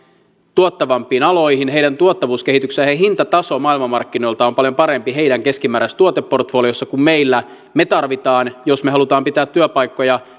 tuottavampiin aloihin heidän tuottavuuskehityksensä ja ja hintatasonsa maailmanmarkkinoilla on on paljon parempi heidän keskimääräistuoteportfoliossaan kuin meillä me tarvitsemme jos me haluamme pitää työpaikkoja